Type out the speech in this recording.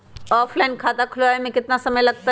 Offline खाता खुलबाबे में केतना समय लगतई?